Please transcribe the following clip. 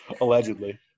Allegedly